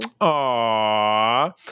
Aww